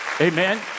Amen